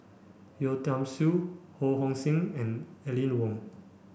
Yeo Tiam Siew Ho Hong Sing and Aline Wong